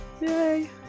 Yay